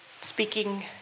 Speaking